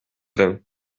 vin